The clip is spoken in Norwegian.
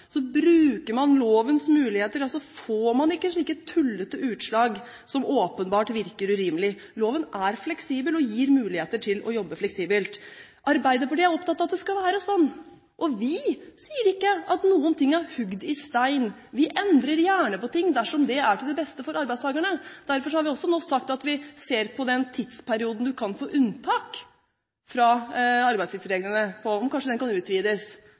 Bruker man lovens muligheter, gir det ikke slike tullete utslag som åpenbart virker urimelige. Loven er fleksibel og gir muligheter til å jobbe fleksibelt. Arbeiderpartiet er opptatt av at det skal være sånn. Vi sier ikke at noe er hugget i stein, vi endrer gjerne på ting dersom det er til beste for arbeidstakerne. Derfor har vi nå sagt at vi ser på den tidsperioden man kan få unntak fra arbeidstidsreglene for, vi ser på om den kanskje kan utvides.